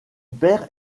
père